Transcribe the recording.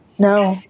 No